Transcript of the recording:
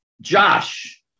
Josh